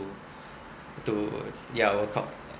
to ya we'll talk